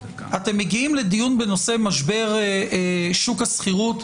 אתם מגיעים לדיון בנושא משבר שוק השכירות,